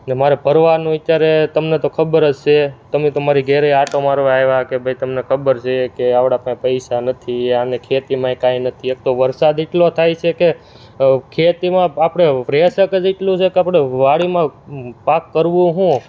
ને મારે ભરવાનું અત્યારે તમને તો ખબર જ છે તમે તો મારી ઘરે આંટો મારવા આવ્યા કે ભાઈ તમને ખબર છે કે આપણાં પાસે પૈસા નથી આને ખેતીમાંય કાંઈ નથી એક તો વરસાદ એટલો થાય છે કે હવ ખેતીમાં આપણે રેશક જ એટલું છે કે આપણે વાડીમાં પાક કરવો શું